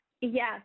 Yes